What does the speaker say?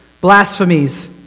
blasphemies